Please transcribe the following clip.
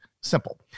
simple